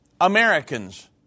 Americans